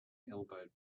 elbowed